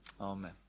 Amen